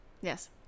yes